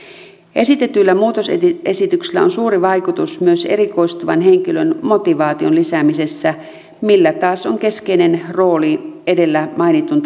esitetyillä muutosesityksillä on suuri vaikutus myös erikoistuvan henkilön motivaation lisäämisessä millä taas on keskeinen rooli edellä mainitun